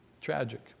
Tragic